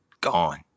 gone